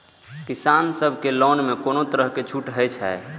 किसान सब के लोन में कोनो तरह के छूट हे छे?